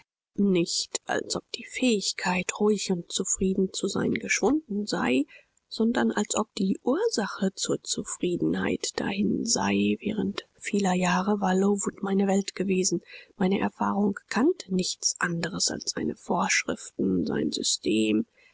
nicht als ob die fähigkeit ruhig und zufrieden zu sein geschwunden sei sondern als ob die ursache zur zufriedenheit dahin sei während vieler jahre war lowood meine ganze welt gewesen meine erfahrung kannte nichts anderes als seine vorschriften sein system